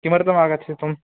किमर्थमागच्छत् त्वं